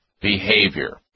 behavior